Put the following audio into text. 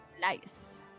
Nice